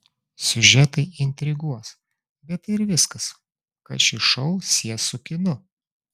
siužetai intriguos bet tai ir viskas kas šį šou sies su kinu